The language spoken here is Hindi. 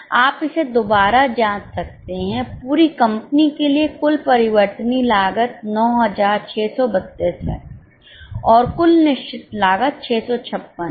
आप इसे दोबारा जांच सकते हैं पूरी कंपनी के लिए कुल परिवर्तनीय लागत 9632 है और कुल निश्चित लागत 656 है